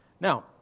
Now